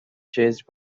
chased